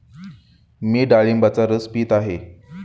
मी डाळिंबाचा रस पीत आहे